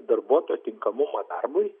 darbuotojo tinkamumą darbui